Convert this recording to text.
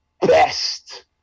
best